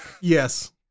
Yes